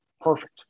Perfect